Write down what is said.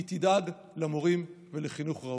והיא תדאג למורים ולחינוך ראוי.